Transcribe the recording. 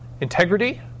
integrity